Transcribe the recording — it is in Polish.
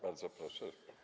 Bardzo proszę.